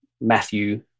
Matthew